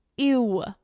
Ew